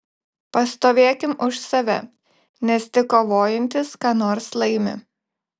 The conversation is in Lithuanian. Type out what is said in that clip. pastovėkim už save nes tik kovojantys ką nors laimi